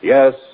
Yes